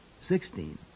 Sixteen